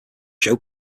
show